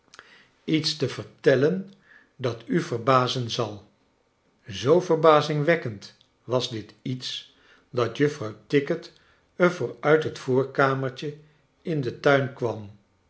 iets te vertellen dat u verbazen zal zoo verbazingwekkend was dit iets dat juffrouw tickit er voor uit het voorkamertje in den tuin kwam